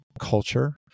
culture